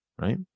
right